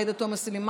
עאידה תומא סלימאן,